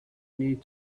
need